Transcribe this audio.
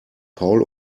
paul